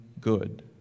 good